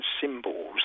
symbols